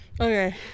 Okay